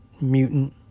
mutant